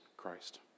Christ